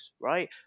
right